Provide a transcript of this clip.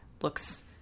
looks